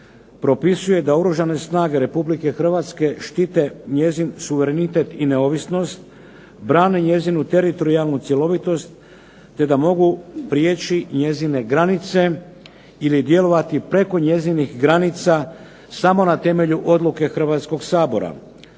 propisuje da Oružane snage RH štite njezin suverenitet i neovisnost, brane njezinu teritorijalnu cjelovitost te da mogu prijeći njezine granice ili djelovati preko njezinih granica samo na temelju odluke Hrvatskog sabora.